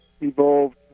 evolved